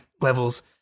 levels